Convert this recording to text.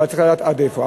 אבל צריך לדעת עד איפה.